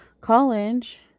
college